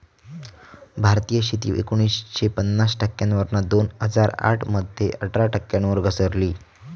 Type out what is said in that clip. भारतीय शेती एकोणीसशे पन्नास टक्क्यांवरना दोन हजार आठ मध्ये अठरा टक्क्यांवर घसरली